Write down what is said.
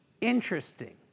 interesting